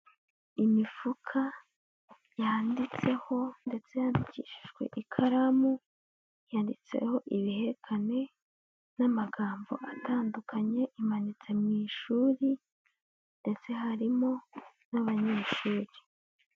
Imifuka yanditseho ndetse yandikishijwe ikaramu, yanditseho ibihekane n'amagambo atandukanye, imanitse mu ishuri ndetse harimo n'abanyeshuri.